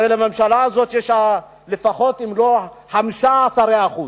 הרי לממשלה הזאת יש לפחות חמישה שרי חוץ.